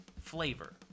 flavor